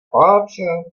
paláce